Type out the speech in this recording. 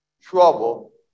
trouble